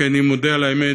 כי אני מודה על האמת,